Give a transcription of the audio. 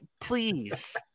please